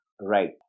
Right